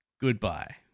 goodbye